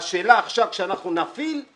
השאלה היא מה התחום.